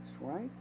right